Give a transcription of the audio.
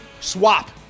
swap